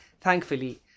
Thankfully